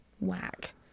Whack